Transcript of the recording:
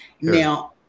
now